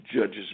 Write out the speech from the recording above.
judges